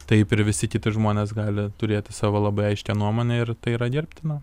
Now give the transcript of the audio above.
taip ir visi kiti žmonės gali turėti savo labai aiškią nuomonę ir tai yra gerbtina